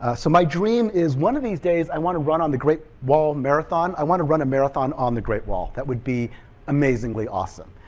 ah so my dream is one of these days i want to run on the great wall marathon, i want to run a marathon on the great wall. that would be amazingly awesome.